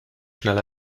schnell